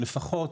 לפחות